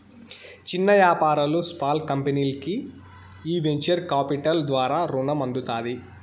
చిన్న యాపారాలు, స్పాల్ కంపెనీల్కి ఈ వెంచర్ కాపిటల్ ద్వారా రునం అందుతాది